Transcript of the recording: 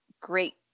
Great